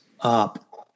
up